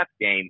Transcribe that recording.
game